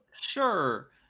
Sure